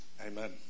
Amen